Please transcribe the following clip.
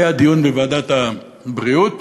היה דיון בוועדת העבודה,